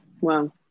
Wow